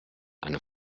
eine